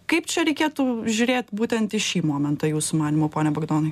kaip čia reikėtų žiūrėt būtent į šį momentą jūsų manymu pone bagdonai